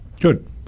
Good